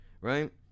Right